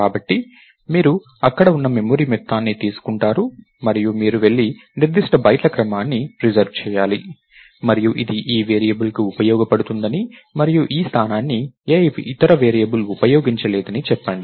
కాబట్టి మీరు అక్కడ ఉన్న మెమరీ మొత్తాన్ని తీసుకుంటారు మరియు మీరు వెళ్లి నిర్దిష్ట బైట్ల క్రమాన్ని రిజర్వ్ చేయాలి మరియు ఇది ఈ వేరియబుల్కు ఉపయోగపడుతుందని మరియు ఈ స్థానాన్ని ఏ ఇతర వేరియబుల్ ఉపయోగించలేదని చెప్పండి